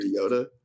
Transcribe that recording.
Yoda